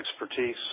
expertise